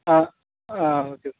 ஆ ஆ okay sir